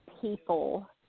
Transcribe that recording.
people